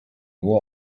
nur